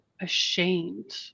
ashamed